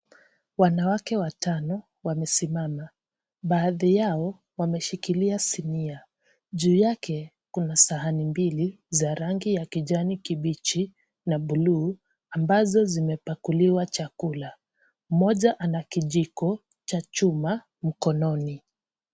Wanawake watano wamesimama bahadhi yao wameshikilia zinia, juu yake kuna sahani mbili za rangi ya kijanikibichi na blue ambazo zimepakuliwa chakula, moja anakijiko cha chuma mkononi.